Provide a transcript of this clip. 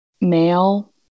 male